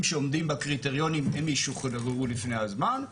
שעומדים בקריטריונים והם ישוחררו לפני הזמן.